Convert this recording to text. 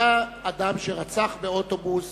היה אדם שרצח באוטובוס